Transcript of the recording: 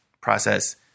process